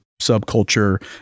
subculture